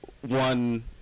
One